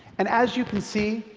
and as you can see,